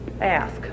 ask